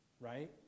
Right